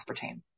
aspartame